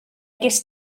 ges